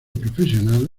profesional